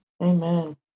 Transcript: amen